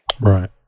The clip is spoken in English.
right